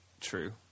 true